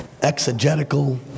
exegetical